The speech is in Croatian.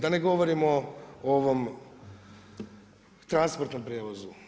Da ne govorimo o ovom transportnom prijevozu.